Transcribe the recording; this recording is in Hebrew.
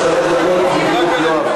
יש לך שלוש דקות בדיוק, יואב.